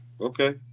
Okay